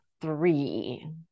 three